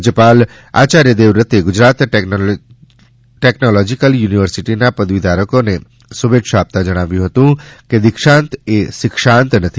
રાજયપાલ શ્રી આચાર્ય દેવવ્રતે ગુજરાત ટેકનોલોજીકલ યુનિવર્સિટીના પદવીધારકોને શુભેચ્છા આપતા જણાવ્યું હતું કે દિક્ષાંત એ શિક્ષાંત નથી